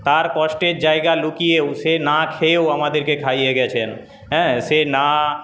তার কষ্টের জায়গা লুকিয়েও সে না খেয়েও আমাদেরকে খাইয়ে গেছেন হ্যাঁ সে না